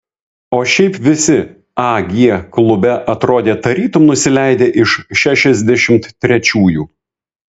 o šiaip visi ag klube atrodė tarytum nusileidę iš šešiasdešimt trečiųjų